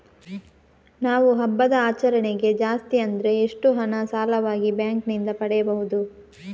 ನಾವು ಹಬ್ಬದ ಆಚರಣೆಗೆ ಜಾಸ್ತಿ ಅಂದ್ರೆ ಎಷ್ಟು ಹಣ ಸಾಲವಾಗಿ ಬ್ಯಾಂಕ್ ನಿಂದ ಪಡೆಯಬಹುದು?